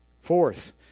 Fourth